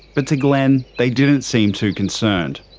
but to glenn, they didn't seem too concerned.